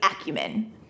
acumen